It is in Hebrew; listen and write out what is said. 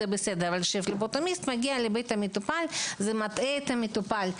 זה בסדר אבל כש פבלוטומיסט מגיע לבית המטופל זה מטעה את המטופל.